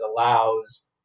allows